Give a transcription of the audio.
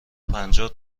پنجاه